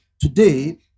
today